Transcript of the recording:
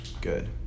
Good